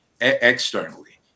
externally